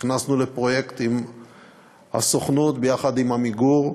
נכנסנו לפרויקט עם הסוכנות יחד עם "עמיגור",